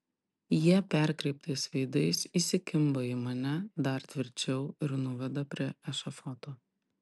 jie perkreiptais veidais įsikimba į mane dar tvirčiau ir nuveda prie ešafoto